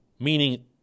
Meaning